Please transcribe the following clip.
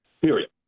Period